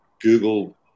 Google